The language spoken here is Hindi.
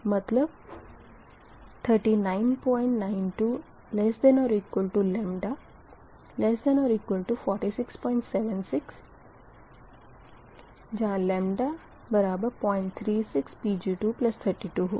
मतलब 3992 ≤ λ ≤ 4676 λ036 Pg232 होगा